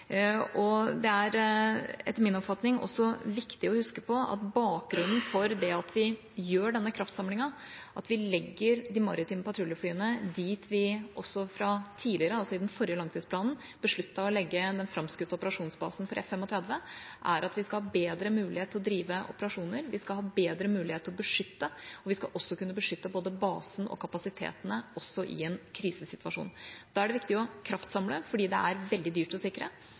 Det er etter min oppfatning også viktig å huske på at bakgrunnen for at vi gjør denne kraftsamlingen, at vi legger de maritime patruljeflyene dit vi også tidligere, altså i den forrige langtidsplanen, besluttet å legge den framskutte operasjonsbasen for F-35, er at vi skal ha bedre mulighet til å drive operasjoner. Vi skal ha bedre mulighet til å beskytte, og vi skal kunne beskytte både basen og kapasitetene også i en krisesituasjon. Da er det viktig å kraftsamle fordi det er veldig dyrt å sikre,